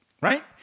Right